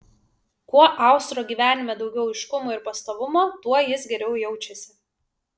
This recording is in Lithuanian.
kuo austro gyvenime daugiau aiškumo ir pastovumo tuo jis geriau jaučiasi